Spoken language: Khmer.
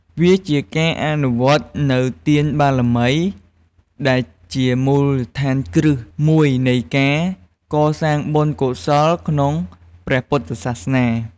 វាជាការអនុវត្តនូវទានបារមី ដែលជាមូលដ្ឋានគ្រឹះមួយនៃការកសាងបុណ្យកុសលក្នុងព្រះពុទ្ធសាសនា។